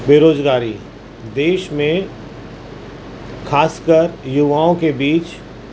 بے روزگاری دیش میں خاص کر یواؤں کے بیچ